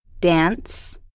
Dance